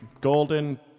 golden